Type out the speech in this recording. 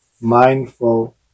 mindful